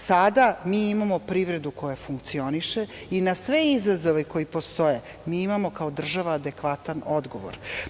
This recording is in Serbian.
Sada mi imamo privredu koja funkcioniše i na sve izazove koji postoje, mi imamo kao država adekvatan odgovor.